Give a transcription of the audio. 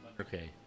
Okay